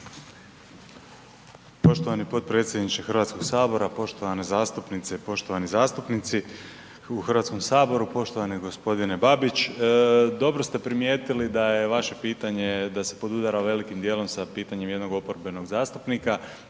Poštovani potpredsjedniče Hrvatskog sabora, poštovane zastupnice i poštovani zastupnici u Hrvatskom saboru, poštovani g. Babić. Dobro ste primijetili da je vaše pitanje, da je podudara velikim djelom sa pitanjem jednog oporbenog zastupnika,